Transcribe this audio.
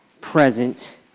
present